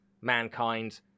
mankind